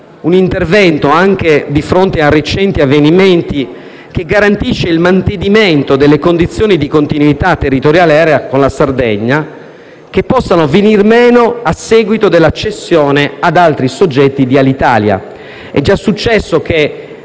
un intervento, anche di fronte ai recenti avvenimenti, che garantisca il mantenimento delle condizioni di continuità territoriale aerea con la Sardegna, che possono venir meno a seguito della cessione ad altri soggetti di Alitalia.